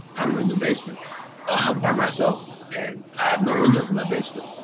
i'm in the basement ah by myself, and i have no windows in my basement.